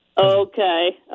Okay